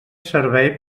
servei